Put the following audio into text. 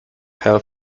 hail